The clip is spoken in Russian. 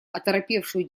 оторопевшую